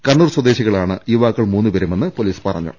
കണ്ണൂർ സ്വദേ ശികളാണ് യുവാക്കൾ മൂന്നുപേരുമെന്ന് പോലീസ് പറഞ്ഞു